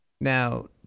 Now